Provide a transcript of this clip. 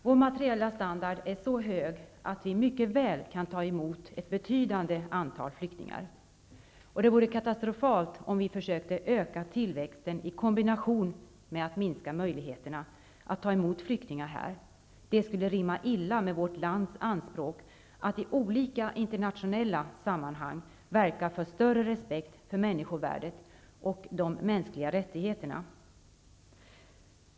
Vår materiella standard är så hög att vi mycket väl kan ta emot ett betydande antal flyktingar. Det vore katastrofalt om vi försökte öka tillväxten i kombination med en minskning av vårt lands möjligheter att ta emot flyktingar. Det skulle rimma illa med vårt lands anspråk på att i olika internationella sammanhang vara det land som verkar för en större respekt för människovärdet och de mänskliga rättigheterna.